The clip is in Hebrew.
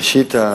ראשית,